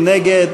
מי נגד?